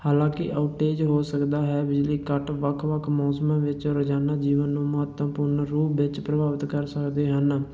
ਹਾਲਾਂਕਿ ਆਊਟੇਜ ਹੋ ਸਕਦਾ ਹੈ ਬਿਜਲੀ ਕੱਟ ਵੱਖ ਵੱਖ ਮੌਸਮਾਂ ਵਿੱਚ ਰੋਜ਼ਾਨਾ ਜੀਵਨ ਨੂੰ ਮਹੱਤਵਪੂਰਨ ਰੂਪ ਵਿੱਚ ਪ੍ਰਭਾਵਿਤ ਕਰ ਸਕਦੇ ਹਨ